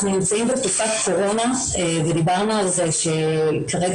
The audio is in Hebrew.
אנחנו נמצאים בתקופת קורונה ודיברנו על זה שכרגע